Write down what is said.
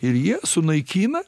ir jie sunaikina